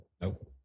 Nope